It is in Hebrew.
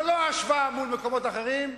זה לא ההשוואה מול מקומות אחרים.